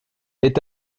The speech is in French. est